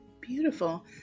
Beautiful